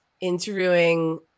interviewing